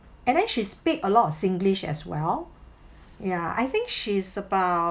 and then she speak a lot of singlish as well ya I think she's about